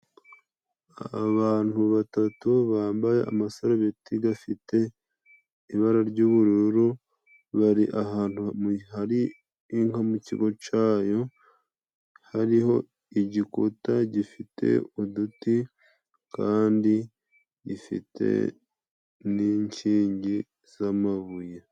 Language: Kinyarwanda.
Abantu batatu bambaye amasaro biti gafite ibara ry'ubururu, bari ahantu hari inka mu kigo cayo, hariho igikuta gifite uduti kandi gifite n'inkingi z'amabuye.